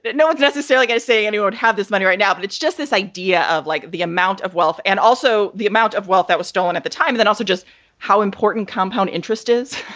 but no one's necessarily gonna say and you would have this money right now. but it's just this idea of like the amount of wealth and also the amount of wealth that was stolen at the time. then also just how important compound interest is,